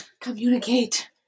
Communicate